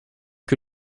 que